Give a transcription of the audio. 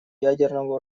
ядерному